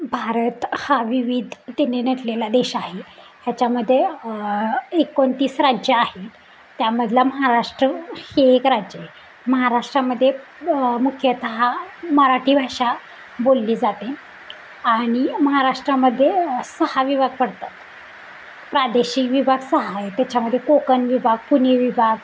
भारत हा विविधतेने नटलेला देश आहे ह्याच्यामध्ये एकोणतीस राज्यं आहे त्यामधला महाराष्ट्र हे एक राज्य आहे महाराष्ट्रामध्ये मुख्यतः मराठी भाषा बोलली जाते आणि महाराष्ट्रामध्ये सहा विभाग पडतात प्रादेशिक विभाग सहा आहे त्याच्यामध्ये कोकण विभाग पुणे विभाग